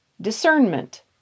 discernment